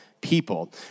people